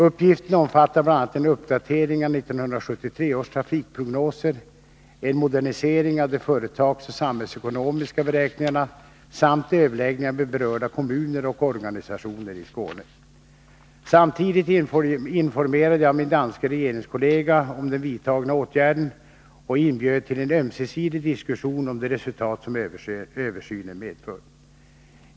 Uppgiften omfattar bl.a. en uppdatering av 1978 års trafikprognoser, en modernisering av de företagsoch samhällsekonomiska beräkningarna samt överläggningar med berörda kommuner och organisationer i Skåne. Samtidigt informerade jag min danske regeringskollega om den vidtagna åtgärden och inbjöd till en ömsesidig diskussion om de resultat som översynen medför.